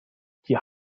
ihre